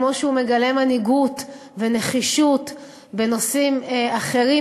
כמו שהוא מגלה מנהיגות ונחישות בנושאים אחרים,